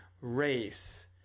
race